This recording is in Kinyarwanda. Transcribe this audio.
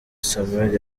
samuel